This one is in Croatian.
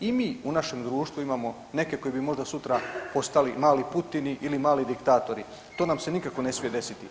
I mi u našem društvu imamo neke koji bi možda sutra postali mali Putini ili mali diktatori, to nam se nikako ne smije desiti.